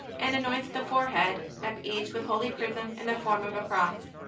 and anoints the forehead of each with holy chrism in the form of a cross.